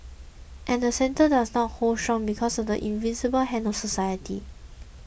and the centre doesn't hold strong because of the invisible hand of society